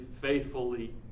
faithfully